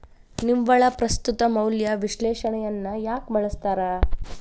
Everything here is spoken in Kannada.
ನಿವ್ವಳ ಪ್ರಸ್ತುತ ಮೌಲ್ಯ ವಿಶ್ಲೇಷಣೆಯನ್ನ ಯಾಕ ಬಳಸ್ತಾರ